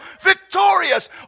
victorious